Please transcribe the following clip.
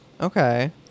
Okay